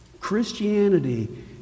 Christianity